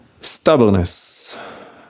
Stubbornness